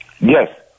Yes